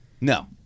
No